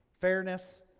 Fairness